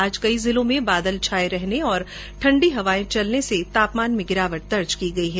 आज कई जिलों में बादल छाये रहने और ठण्डी हवाए चलने से तापमान में गिरावट दर्ज की गई है